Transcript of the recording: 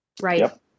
Right